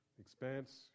expanse